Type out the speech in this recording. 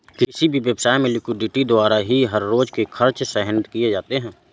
किसी भी व्यवसाय में लिक्विडिटी द्वारा ही हर रोज के खर्च सहन किए जाते हैं